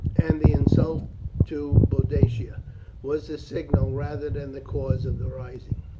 and the insult to boadicea was the signal rather than the cause of the rising.